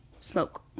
smoke